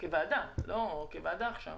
כוועדה עכשיו